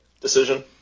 decision